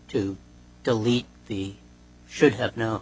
to delete the should have no